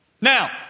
Now